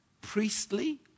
priestly